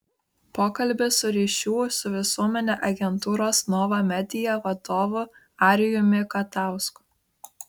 pokalbis su ryšių su visuomene agentūros nova media vadovu arijumi katausku